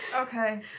okay